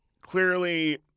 clearly